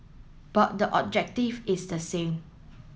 but the objective is the same